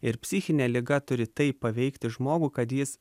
ir psichinė liga turi taip paveikti žmogų kad jis